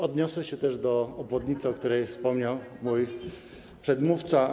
Odniosę się też do obwodnicy, o której wspomniał mój przedmówca.